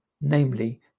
namely